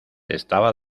estaba